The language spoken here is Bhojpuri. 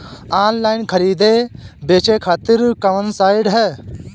आनलाइन खरीदे बेचे खातिर कवन साइड ह?